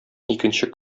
икенче